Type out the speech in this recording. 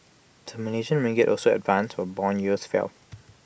the Malaysian ringgit also advanced while Bond yields fell